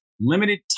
limited